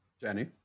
Jenny